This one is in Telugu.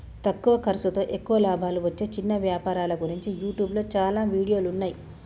తక్కువ ఖర్సుతో ఎక్కువ లాభాలు వచ్చే చిన్న వ్యాపారాల గురించి యూట్యూబ్లో చాలా వీడియోలున్నయ్యి